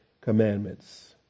commandments